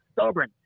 stubborn